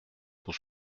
pour